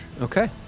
okay